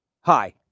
Hi